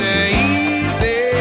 easy